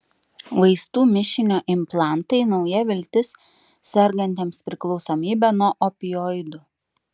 vaistų mišinio implantai nauja viltis sergantiems priklausomybe nuo opioidų